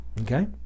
Okay